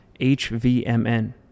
HVMN